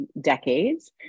decades